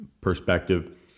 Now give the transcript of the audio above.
perspective